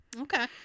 Okay